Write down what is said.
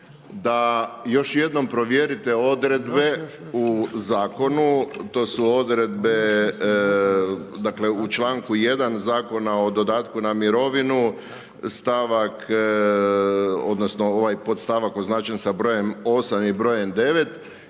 da još jednom provjerite odredbe u Zakonu, to su odredbe, dakle u članku 1. Zakona o dodatku na mirovinu, stavak, odnosno ovaj podstavak označen sa brojem 8. i brojem 9,